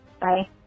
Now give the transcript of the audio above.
Bye